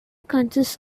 consists